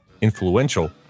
influential